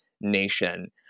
nation